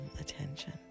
attention